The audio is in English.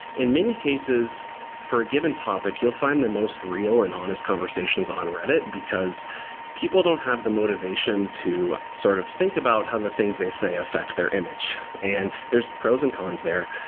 in many cases for a given topic, you'll find the most real and honest conversations on reddit, because people don't have the motivation to sort of think about how the things they say affect their image. and there're pros and cons there.